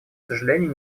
сожалению